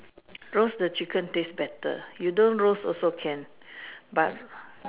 roast the chicken taste better you don't roast also can but